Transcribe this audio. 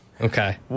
Okay